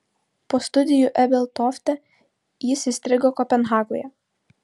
po studijų ebeltofte jis įstrigo kopenhagoje